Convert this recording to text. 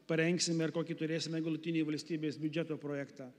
parengsime ar kokį turėsime galutinį valstybės biudžeto projektą